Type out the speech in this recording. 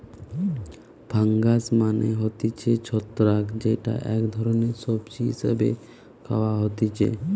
fungus মানে হতিছে ছত্রাক যেইটা এক ধরণের সবজি হিসেবে খাওয়া হতিছে